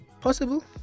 Possible